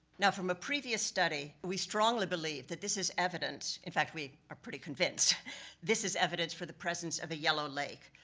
now from a previous study, we strongly believe that this is evidence in fact, we are pretty convinced this is evidence for the presence of the yellow lake.